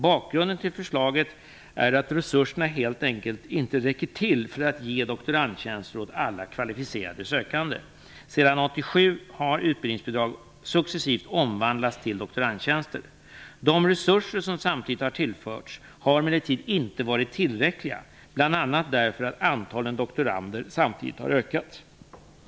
Bakgrunden till förslaget är att resurserna helt enkelt inte räcker till för att ge doktorandtjänster åt alla kvalificerade sökande. Sedan 1987 har utbildningsbidrag successivt omvandlats till doktorandtjänster. De resurser som samtidigt har tillförts har emellertid inte varit tillräckliga, bl.a. därför att antalet doktorander samtidigt har ökat.